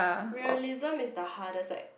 realism is the hardest like